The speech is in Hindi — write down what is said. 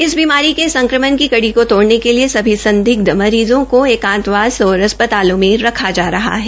इस बीमारी के संक्रमण की कड़ी को तोड़ने के लिए सभी संदिग्ध मरीज़ों को एकांतवास और अस्पतालों में रखा जा रहा है